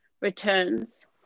returns